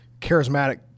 charismatic